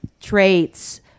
traits